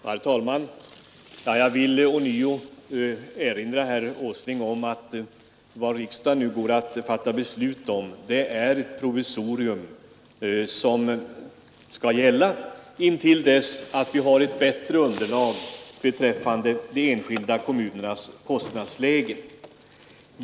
Herr talman! Jag vill ånyo erinra herr Åsling om att vad riksdagen nu går att fatta beslut om är ett provisorium som skall gälla intill dess att vi har ett bättre underlag när det gäller de enskilda kommunernas kostnadsläge.